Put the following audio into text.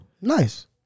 nice